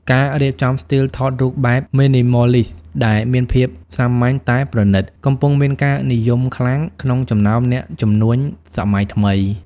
ការរៀបចំស្ទីលថតរូបបែប Minimalist ដែលមានភាពសាមញ្ញតែប្រណីត កំពុងមានការនិយមខ្លាំងក្នុងចំណោមអ្នកជំនួញសម័យថ្មី។